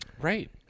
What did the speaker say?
Right